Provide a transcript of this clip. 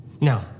Now